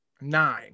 nine